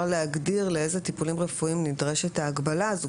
להגדיר לאיזה טיפולים רפואיים נדרשת ההגבלה הזאת.